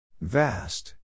Vast